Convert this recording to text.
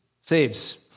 saves